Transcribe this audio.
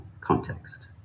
context